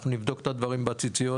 אנחנו נבדוק את הדברים בציציות,